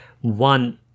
one